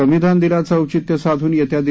संविधान दिनाचे औचित्य साधून येत्या दि